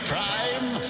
Prime